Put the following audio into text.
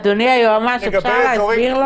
אדוני היועץ המשפטי, אפשר להסביר לו?